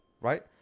right